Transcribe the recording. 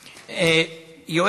יעני,